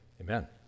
amen